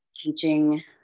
teaching